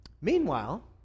meanwhile